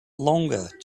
longer